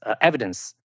evidence